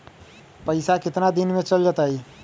पैसा कितना दिन में चल जतई?